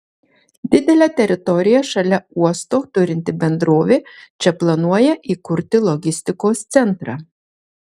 didelę teritoriją šalia uosto turinti bendrovė čia planuoja įkurti logistikos centrą